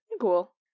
Cool